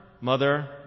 mother